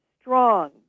strong